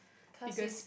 cause is